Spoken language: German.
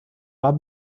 war